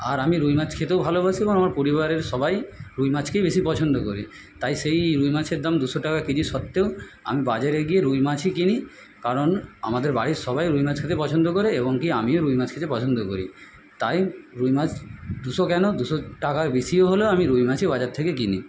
আর আমি রুই মাছ খেতেও ভালোবাসি এবং আমার পরিবারের সবাই রুই মাছকেই বেশি পছন্দ করি তাই সেই রুই মাছের দাম দুশো টাকা কেজি সত্ত্বেও আমি বাজারে গিয়ে রুই মাছই কিনি কারণ আমাদের বাড়ির সবাই রুই মাছ খেতে পছন্দ করে এবং কি আমিও রুই মাছ খেতে পছন্দ করি তাই রুই মাছ দুশো কেন দুশো টাকার বেশিও হলেও আমি রুই মাছই বাজার থেকে কিনি